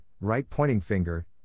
right-pointing-finger